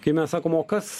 kai mes sakom o kas